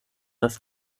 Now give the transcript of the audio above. das